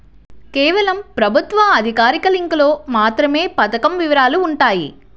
కేవలం ప్రభుత్వ అధికారిక లింకులో మాత్రమే పథకం వివరాలు వుంటయ్యి